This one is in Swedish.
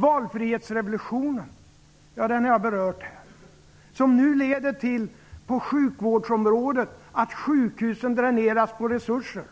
Jag har tidigare berört valfrihetsrevolutionen. På sjukvårdsområdet leder den till att sjukhusen dräneras på resurser.